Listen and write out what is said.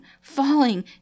falling